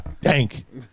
Dank